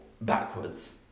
backwards